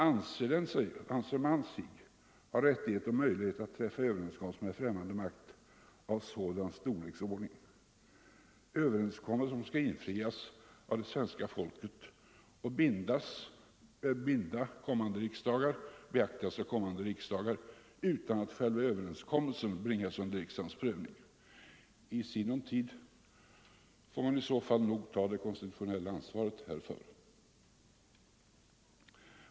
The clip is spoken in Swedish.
Anser man sig ha rättighet och möjlighet att träffa överenskommelser med främmande makt av sådan storleksordning —- överenskommelser som skall infrias av det svenska folket och beaktas av kommande riksdagar — utan att själva överenskommelsen bringas under riksdagens prövning? I sinom tid får man nog i så fall också ta det konstitutionella ansvaret härför.